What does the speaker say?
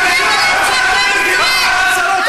אתה אמור להגן על אזרחי ישראל.